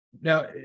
Now